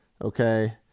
okay